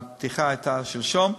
הפתיחה הייתה שלשום.